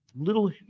little